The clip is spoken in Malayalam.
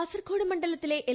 കാസർകോട് മണ്ഡലത്തിലെ എൽ